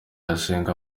asenga